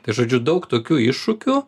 tai žodžiu daug tokių iššūkių